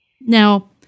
Now